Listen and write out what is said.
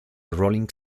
rolling